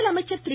முதலமைச்சர் திரு